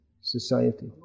society